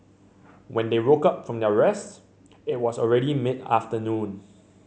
when they woke up from their rest it was already mid afternoon